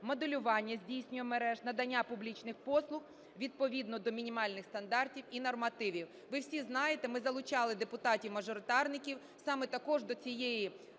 моделювання здійснює мереж надання публічних послуг відповідно до мінімальних стандартів і нормативів. Ви всі знаєте, ми залучали депутатів-мажоритарників саме також до цієї